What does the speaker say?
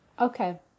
Okay